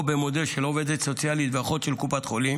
או במודל של עובדת סוציאלית ואחות קופת חולים,